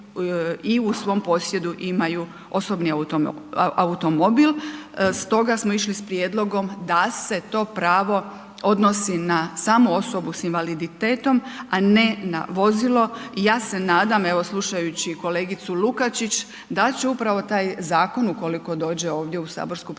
i u svom posjedu imaju osobni automobil. Stoga smo išli sa prijedlogom da se to pravo odnosi na samu osobu sa invaliditetom a ne na vozilo. I ja se nadam, evo slušajući kolegicu Lukačić, da će upravo taj zakon ukoliko dođe ovdje u saborsku proceduru